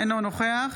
אינו נוכח